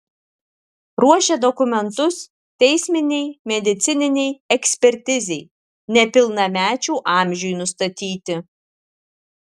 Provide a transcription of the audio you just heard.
ruošia dokumentus teisminei medicininei ekspertizei nepilnamečių amžiui nustatyti